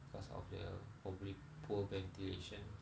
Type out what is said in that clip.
because of the probably poor ventilation